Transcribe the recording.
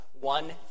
one